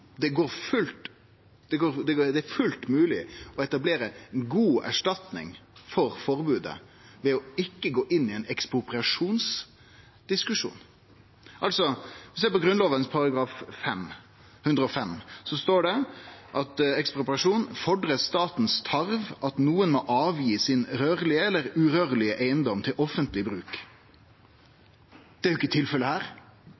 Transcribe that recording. det har vore ei avsporing. Det er fullt mogleg å etablere ei god erstatning for forbodet utan å gå inn i ein diskusjon om ekspropriasjon. Ser vi på Grunnlova § 105, står det om ekspropriasjon: «Fordrer statens tarv at noen må avgi sin rørlige eller urørlige eiendom til offentlig bruk Det er jo ikkje tilfellet her.